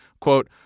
quote